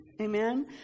Amen